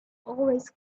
always